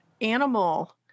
animal